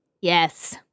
Yes